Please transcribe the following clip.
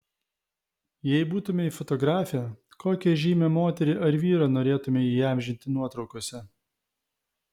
jei būtumei fotografė kokią žymią moterį ar vyrą norėtumei įamžinti nuotraukose